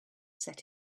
set